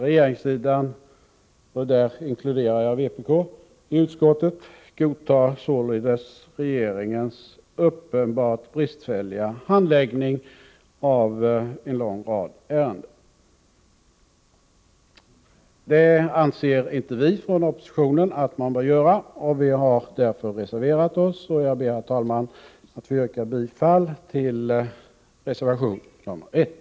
Regeringssidan — och där inkluderar jag vpk —i utskottet godtar således regeringens uppenbart bristfälliga handläggning av en lång rad ärenden. Det anser inte vi inom oppositionen att man bör göra. Vi har därför reserverat oss, och jag ber, herr talman, att få yrka bifall till reservation nr 1.